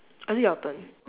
or is it your turn